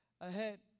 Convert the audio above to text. ahead